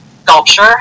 sculpture